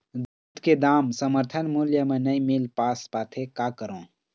दूध के दाम समर्थन मूल्य म नई मील पास पाथे, का करों?